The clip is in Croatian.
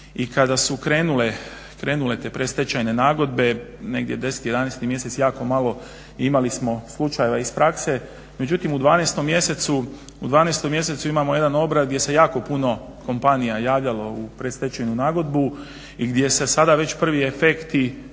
i kada su krenule te predstečajne nagodbe, negdje 10,11 mjesec jako malo imali smo slučajeva i iz prakse. Međutim, u 12 mjesecu imamo jedan obrat gdje se jako puno kompanija javljalo u predstečajnu nagodbu i gdje se sada već prvi efekti